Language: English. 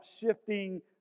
shifting